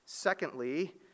Secondly